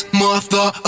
mother